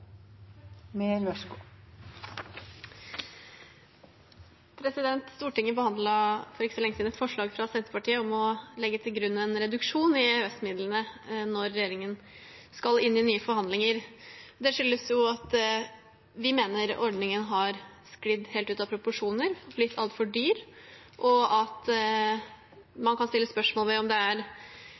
om å legge til grunn en reduksjon i EØS-midlene når regjeringen skal inn i nye forhandlinger. Det skyldes at vi mener ordningen har sklidd helt ut av proporsjoner, blitt altfor dyr, og at man kan stille spørsmål ved om det er